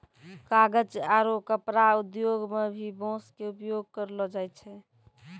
कागज आरो कपड़ा उद्योग मं भी बांस के उपयोग करलो जाय छै